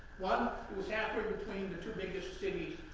one, it was halfway between the two biggest cities,